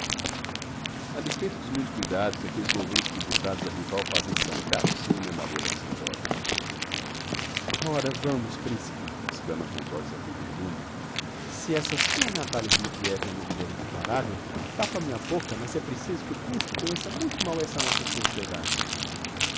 a despeito dos muitos cuidados aquelles louvores tributados á rival fazem sangrar o ciume a maria alexandrovna ora vamos principe exclama com os olhos a ferir lume se essa sua natalia dmitrievna é uma mulher incomparavel tapa me a boca mas é preciso que o principe conheça muito mal esta nossa sociedade